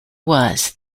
was